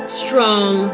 strong